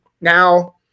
now